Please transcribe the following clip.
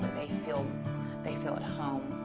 they feel they feel at home